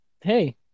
Hey